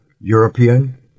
European